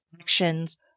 actions